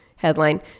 Headline